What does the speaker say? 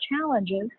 challenges